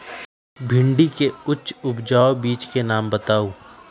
भिंडी के उच्च उपजाऊ बीज के नाम बताऊ?